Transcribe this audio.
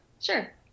Sure